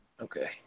Okay